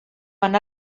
van